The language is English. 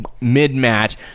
mid-match